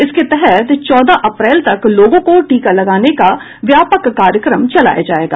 इसके तहत चौदह अप्रैल तक लोगों को टीका लगाने का व्यापक कार्यक्रम चलाया जाएगा